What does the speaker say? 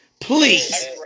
Please